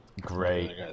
Great